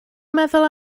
meddwl